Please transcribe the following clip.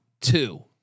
two